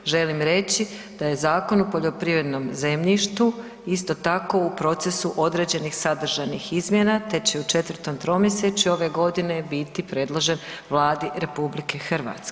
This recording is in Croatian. Želim reći da je Zakon o poljoprivrednom zemljištu isto tako u procesu određenih sadržanih izmjena te će u četvrtom tromjesečju ove godine biti predložen Vladi RH.